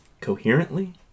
coherently